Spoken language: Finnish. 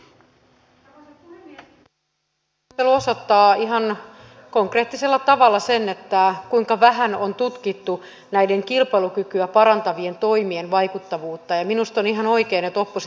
minusta tämä keskustelu osoittaa ihan konkreettisella tavalla sen kuinka vähän on tutkittu näiden kilpailukykyä parantavien toimien vaikuttavuutta ja minusta on ihan oikein että oppositio kysyy vaikutusarviointien perään